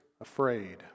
afraid